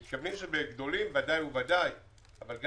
אני רוצה שתבינו ששמנו פה איזונים ובלמים שלא